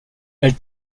elle